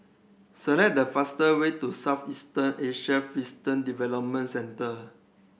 select the fastest way to Southeast Asian Fishery Development Centre